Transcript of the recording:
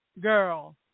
girl